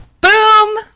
Boom